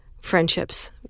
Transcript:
friendships